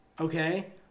okay